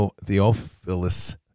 Theophilus